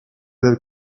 del